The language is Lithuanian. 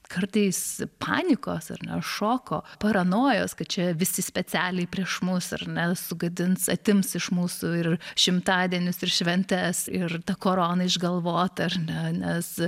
kartais panikos ar ne šoko paranojos kad čia visi specialiai prieš mus ar ne sugadins atims iš mūsų ir šimtadienius ir šventes ir korona išgalvota ar ne nes